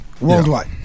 worldwide